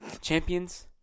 Champions